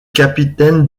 capitaine